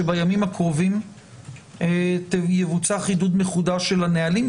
שבימים הקרובים יבוצע חידוד מחודש של הנהלים,